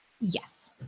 yes